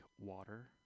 water